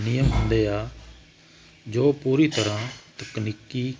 ਨਿਯਮ ਹੁੰਦੇ ਆ ਜੋ ਪੂਰੀ ਤਰ੍ਹਾਂ ਤਕਨੀਕੀ